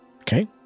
Okay